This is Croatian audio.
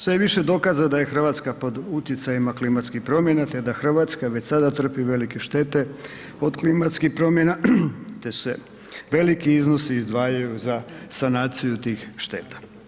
Sve je više dokaza da je Hrvatska pod utjecajima klimatskih promjena te da Hrvatska već sada trpi velike štete od klimatskih promjena te se veliki iznosi izdvajaju za sanaciju tih šteta.